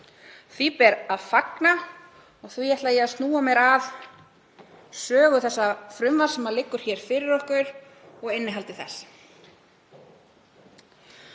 Því ber að fagna og því ætla ég að snúa mér að sögu þess frumvarps sem liggur hér fyrir og innihaldi þess.